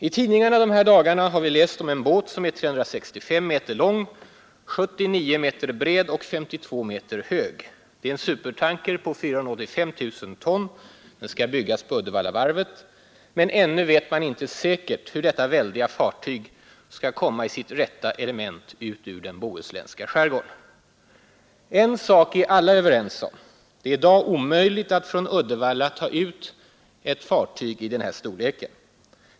I dessa dagar har vi i tidningarna läst om en båt som är 365 meter lång, 49 meter bred och 52 meter hög. Det är en supertanker på 485 000 ton, och den skall byggas vid Uddevallavarvet. Men ännu vet man inte säkert hur detta väldiga fartyg skall komma i sitt rätta element ut ur den bohuslänska skärgården. En sak är alla överens om: i dag är det omöjligt att från Uddevalla ta ut ett fartyg av den storleken.